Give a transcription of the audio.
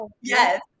Yes